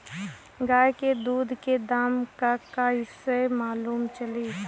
गाय के दूध के दाम का ह कइसे मालूम चली?